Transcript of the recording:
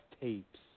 tapes